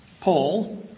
Paul